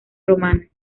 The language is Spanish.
romana